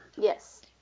Yes